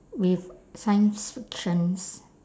with science fictions